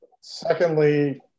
secondly